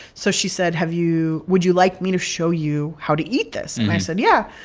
so she said, have you would you like me to show you how to eat this? and i said, yeah.